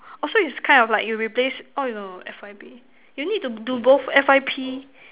oh so is kind of like you replace oh no F_Y_P you need to do both F_Y_P